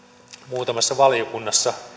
muutamassa valiokunnassa